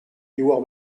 diwar